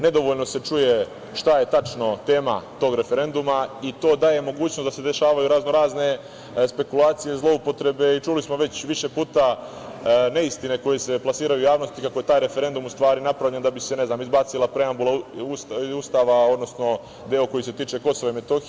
Nedovoljno se čuje šta je tačno tema tog referenduma i to daje mogućnost da se dešavaju raznorazne špekulacije, zloupotrebe i, čuli smo već više puta, neistine koje se plasiraju u javnosti kako je taj referendum u stvari napravljen da bi se, ne znam, izbacila preambula Ustava, odnosno deo koji se tiče Kosova i Metohije.